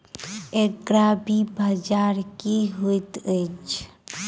एग्रीबाजार की होइत अछि?